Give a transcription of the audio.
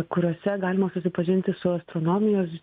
kuriose galima susipažinti su astronomijos